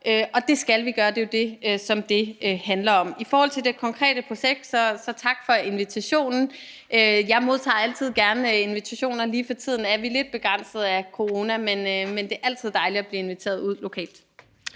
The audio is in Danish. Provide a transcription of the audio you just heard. Og det skal vi gøre, og det er jo det, som det handler om. I forhold til det konkrete projekt takker jeg for invitationen. Jeg modtager altid gerne invitationer. Lige for tiden er vi lidt begrænset af corona, men det er altid dejligt at blive inviteret ud lokalt.